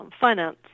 finance